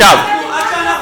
תתרגם לנו.